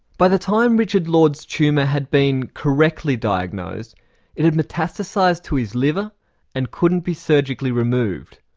by the time richard lord's tumour had been correctly diagnosed it had metastasised to his liver and couldn't be surgically removed.